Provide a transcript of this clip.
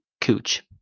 cooch